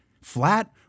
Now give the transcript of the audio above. flat